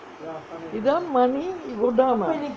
without money you go down ah